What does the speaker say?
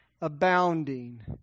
abounding